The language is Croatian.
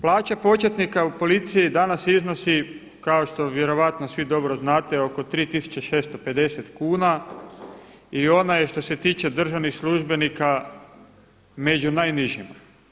Plaća početnika u policiji danas iznosi kao što vjerojatno svi dobro znate oko 3650 kuna i ona je što se tiče državnih službenika među najnižima.